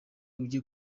ujye